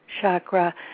chakra